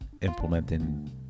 implementing